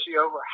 over